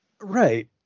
right